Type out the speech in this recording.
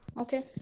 okay